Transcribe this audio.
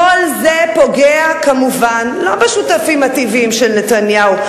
כל זה פוגע כמובן לא בשותפים הטבעיים של נתניהו,